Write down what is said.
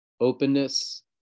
openness